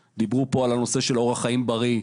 דיברו פה על מניעת נפילות ועל אורח חיים בריא.